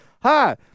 Hi